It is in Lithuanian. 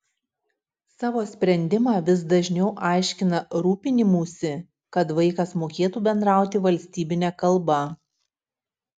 savo sprendimą vis dažniau aiškina rūpinimųsi kad vaikas mokėtų bendrauti valstybine kalba